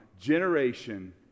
generation